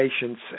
patients